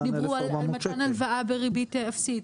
דיברו על מתן הלוואה בריבית אפסית,